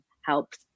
helps